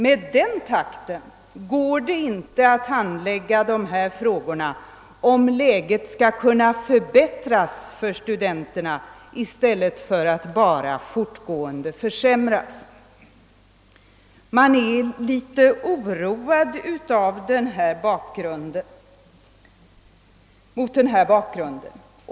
Med den takten går det inte att handlägga dessa frågor, om läget skall kunna förbättras för studenterna i stället för att bara fortgående försämras. Mot denna bakgrund blir man litet oroad över utvecklingen.